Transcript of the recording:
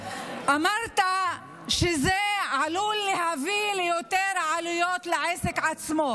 אמרת שזה עלול להביא ליותר עלויות לעסק עצמו.